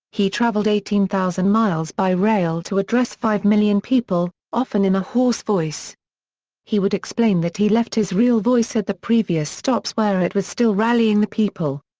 he traveled eighteen thousand miles by rail to address five million people, often in a hoarse voice he would explain that he left his real voice at the previous stops where it was still rallying the people.